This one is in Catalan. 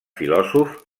filòsof